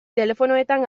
telefonoetan